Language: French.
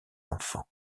enfants